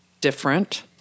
different